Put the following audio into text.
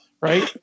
right